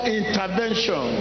intervention